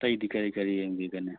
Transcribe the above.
ꯑꯇꯩꯗꯤ ꯀꯔꯤ ꯀꯔꯤ ꯌꯦꯡꯕꯤꯒꯅꯤ